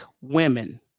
women